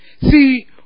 See